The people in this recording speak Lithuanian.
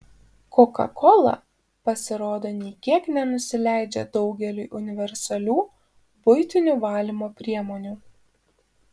kokakola pasirodo nė kiek nenusileidžia daugeliui universalių buitinių valymo priemonių